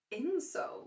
insole